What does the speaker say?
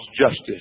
justice